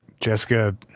Jessica